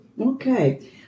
Okay